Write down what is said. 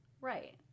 right